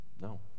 no